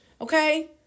okay